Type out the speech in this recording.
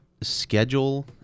schedule